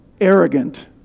arrogant